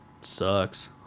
sucks